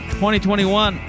2021